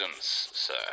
sir